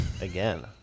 again